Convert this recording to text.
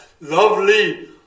Lovely